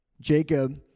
Jacob